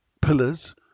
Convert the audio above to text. pillars